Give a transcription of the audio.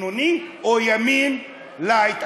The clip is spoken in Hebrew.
בינוני או ימין לייט?